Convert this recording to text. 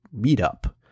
meetup